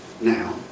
now